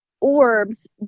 orbs